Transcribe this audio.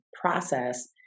process